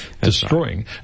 destroying